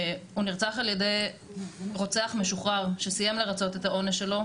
הוא נרצח על ידי רוצח משוחרר שסיים לרצות את העונש שלו,